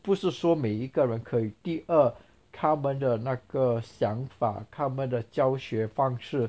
不是说每一个人可以第二他们的那个想法他们的教学方式